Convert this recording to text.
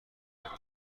داریم